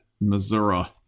missouri